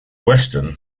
weston